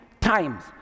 times